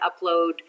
upload